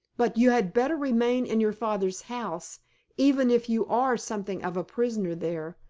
but you had better remain in your father's house even if you are something of a prisoner there,